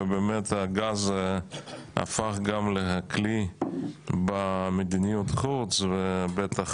ובאמת הגז הפך גם לכלי במדיניות חוץ ובטח